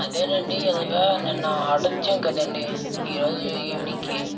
అదేనండి ఇలాగా నిన్న ఆర్డర్ ఇచ్చాం కదండీ ఈరోజు ఈవినింగ్కి